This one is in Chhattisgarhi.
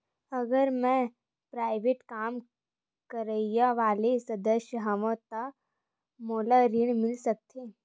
अगर मैं प्राइवेट काम करइया वाला सदस्य हावव का मोला ऋण मिल सकथे?